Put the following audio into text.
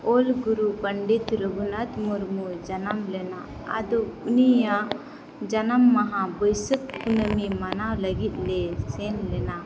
ᱚᱞ ᱜᱩᱨᱩ ᱯᱚᱸᱰᱮᱛ ᱨᱚᱜᱷᱩᱱᱟᱛᱷ ᱢᱩᱨᱢᱩᱭ ᱡᱟᱱᱟᱢ ᱞᱮᱱᱟ ᱟᱫᱚ ᱩᱱᱤᱭᱟᱜ ᱡᱟᱱᱟᱢ ᱢᱟᱦᱟ ᱵᱟᱹᱭᱥᱟᱹᱠᱷ ᱠᱩᱱᱟᱹᱢᱤ ᱢᱟᱱᱟᱣ ᱞᱟᱹᱜᱤᱫᱞᱮ ᱥᱮᱱᱞᱮᱱᱟ